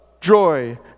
joy